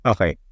Okay